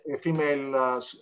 female